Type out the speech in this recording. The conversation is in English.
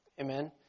Amen